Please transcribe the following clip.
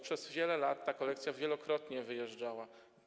Przez wiele lat ta kolekcja wielokrotnie wyjeżdżała.